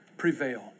prevail